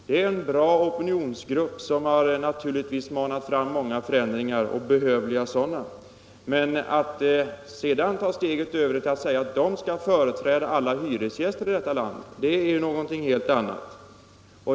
Det är en bra opinionsgrupp, som naturligtvis har åstadkommit många behövliga förändringar. Men att därifrån ta steget till att säga att hyresgäströrelsen skall företräda alla hyresgäster i detta land är någonting helt annat.